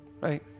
right